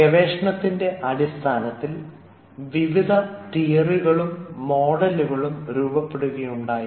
ഗവേഷണത്തിൻറെ അടിസ്ഥാനത്തിൽ വിവിധ തീയറികളും മോഡലുകളും രൂപപ്പെടുകയുണ്ടായി